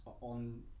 on